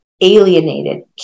alienated